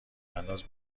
انداز